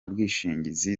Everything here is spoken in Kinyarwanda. bwishingizi